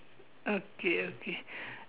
okay okay